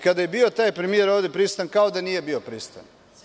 Kada je bio taj premijer ovde prisutan, kao da nije bio prisutan.